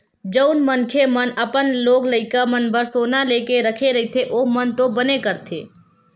जउन मनखे मन अपन लोग लइका मन बर सोना लेके रखे रहिथे ओमन तो बने करथे